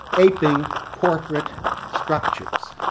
aping corporate structures.